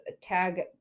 Tag